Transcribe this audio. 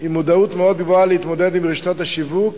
עם מודעות מאוד גבוהה להתמודד עם רשתות השיווק